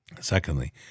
Secondly